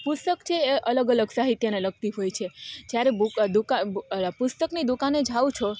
પુસ્તક છે એ અલગ અલગ સાહિત્યને લગતી હોય છે જ્યારે બુક દુકાન પુસ્તકની દુકાને જાઓ છો